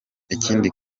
ikindi